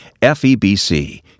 FEBC